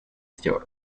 stories